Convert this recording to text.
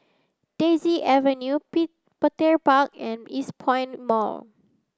Daisy Avenue Petir Park and Eastpoint Mall